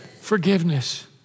Forgiveness